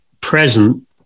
present